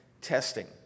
testing